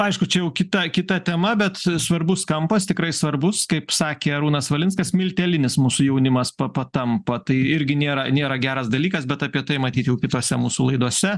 aišku čia jau kita kita tema bet svarbus kampas tikrai svarbus kaip sakė arūnas valinskas miltelinis mūsų jaunimas patampa tai irgi nėra nėra geras dalykas bet apie tai matyt jau kitose mūsų laidose